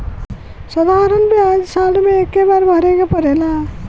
साधारण ब्याज साल मे एक्के बार भरे के पड़ेला